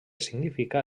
significa